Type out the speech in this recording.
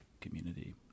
community